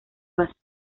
vasto